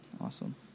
Awesome